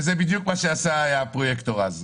וזה בדיוק מה שעשה הפרויקטור אז.